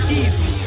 easy